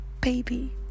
baby